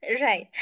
Right